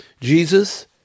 Jesus